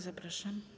Zapraszam.